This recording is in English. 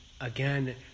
again